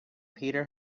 peter